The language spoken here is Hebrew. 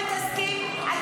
אני